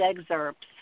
excerpts